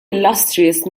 illustrious